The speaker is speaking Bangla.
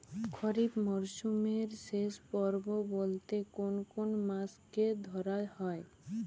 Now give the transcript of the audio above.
খরিপ মরসুমের শেষ পর্ব বলতে কোন কোন মাস কে ধরা হয়?